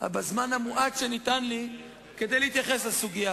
היה מטיף לאומי בצד שלך,